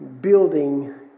building